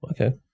Okay